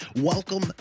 Welcome